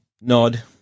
nod